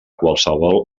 qualsevol